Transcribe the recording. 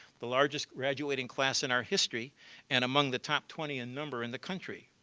the largest graduating class in our history and among the top twenty in number in the country.